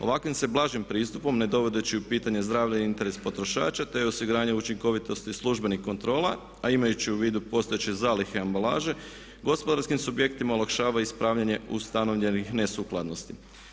Ovakvim se blažim pristupom ne dovodeći u pitanje zdravlje i interes potrošača te osiguranje učinkovitosti službenih kontrola a imajući u vidu postojeće zalihe ambalaže gospodarskim subjektima olakšava ispravljanje ustanovljenih nesukladnosti.